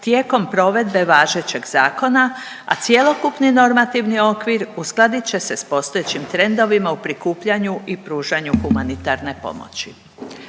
tijekom provedbe važećeg zakona, a cjelokupni normativni okvir uskladit će se s postojećim trendovima u prikupljanju i pružanju humanitarne pomoć.